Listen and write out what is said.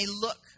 look